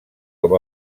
com